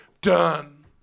done